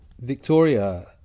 Victoria